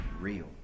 real